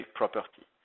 property